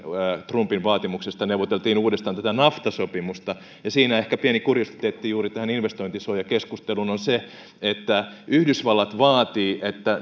trumpin vaatimuksesta neuvoteltiin uudestaan nafta sopimusta ja siinä ehkä pieni kuriositeetti juuri tähän investointisuojakeskusteluun on se että yhdysvallat vaatii että